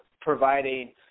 providing